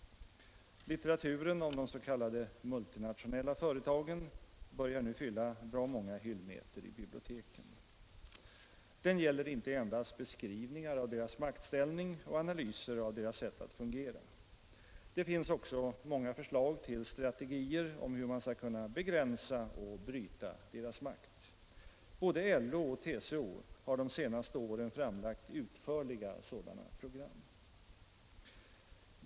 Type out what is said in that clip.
Litteraturen om de s.k. multinationella företagen börjar nu fylla bra många hyllmeter i biblioteken. Den gäller inte endast beskrivningar av deras maktställning och analyser av deras sätt att fungera. Det finns också många förslag till strategier för hur man skall kunna begränsa och bryta deras makt. Både LO och TCO har de senaste åren framlagt utförliga sådana program.